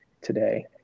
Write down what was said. today